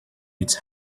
its